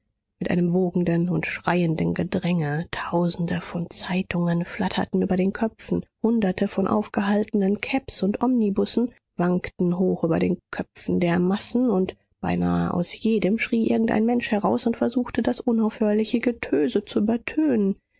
mit einem wogenden und schreienden gedränge tausende von zeitungen flatterten über den köpfen hunderte von aufgehaltenen cabs und omnibussen wankten hoch über den köpfen der massen und beinahe aus jedem schrie irgendein mensch heraus und versuchte das unaufhörliche getöse zu übertönen